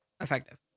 effective